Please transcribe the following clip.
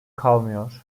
kalmıyor